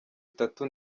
itatu